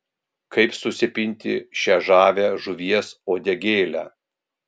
kaip susipinti šią žavią žuvies uodegėlę